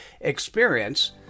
experience